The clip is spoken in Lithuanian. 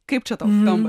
kaip čia tau skamba